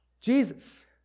Jesus